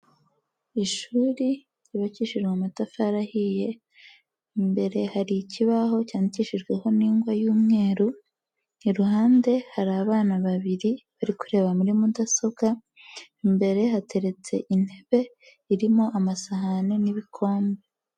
Ishuri ryubakishijwe amatafari ahiye, imbere hari ikibaho cyandikishijweho n'ingwa y'umweru, iruhande hari abana babiri bari kureba muri mudasobwa, imbere hateretse intebe irimo amasahani n'ibikombe.